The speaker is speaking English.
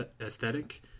aesthetic